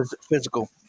Physical